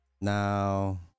Now